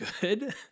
good